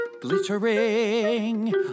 glittering